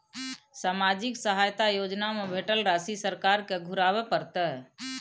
सामाजिक सहायता योजना में भेटल राशि सरकार के घुराबै परतै?